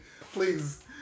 please